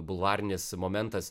bulvarinis momentas